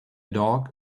dog